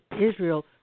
Israel